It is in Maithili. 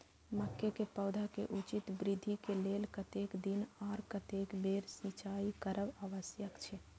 मके के पौधा के उचित वृद्धि के लेल कतेक दिन आर कतेक बेर सिंचाई करब आवश्यक छे?